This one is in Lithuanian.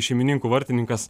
šeimininkų vartininkas